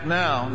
now